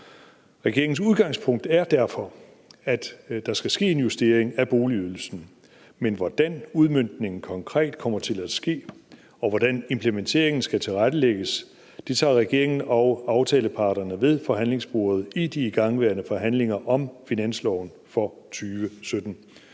Regeringens udgangspunkt er derfor, at der skal ske en justering af boligydelsen, men hvordan udmøntningen konkret kommer til at ske, og hvordan implementeringen skal tilrettelægges, tager regeringen og aftaleparterne ved forhandlingsbordet i de igangværende forhandlinger om finansloven for 2017.